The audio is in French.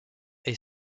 est